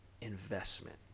investment